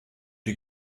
die